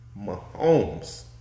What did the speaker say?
Mahomes